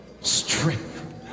Strength